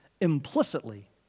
implicitly